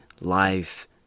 life